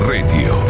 Radio